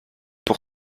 pour